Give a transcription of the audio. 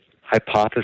hypothesis